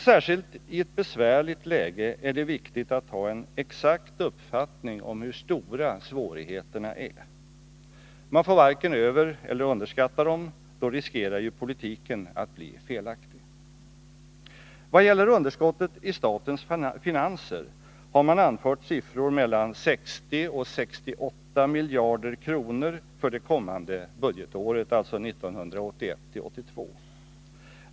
Särskilt i ett besvärligt läge är det viktigt att ha en exakt uppfattning om hur stora svårigheterna är. Man får varken övereller underskatta dem — då riskerar ju politiken att bli felaktig. Vad gäller underskottet i statens finanser har man anfört siffror på mellan 60 och 68 miljarder kronor för det kommande budgetåret, alltså 1981/82.